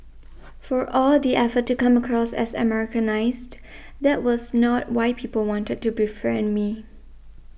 for all the effort to come across as Americanised that was not why people wanted to befriend me